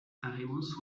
haremos